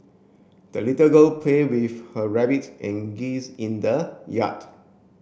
the little girl play with her rabbit and geese in the yard